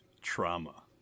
trauma